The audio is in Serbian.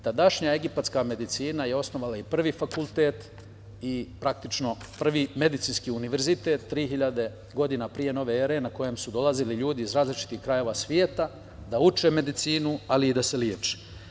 Tadašnja egipatska medicina je osnovala i prvi fakultet i praktično prvi fakultet i praktično prvi medicinski univerzitet 3.000 godina p.n.e. na kojem su dolazili ljudi iz različitih krajeva sveta da uče medicinu ali i da se leče.